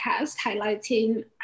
highlighting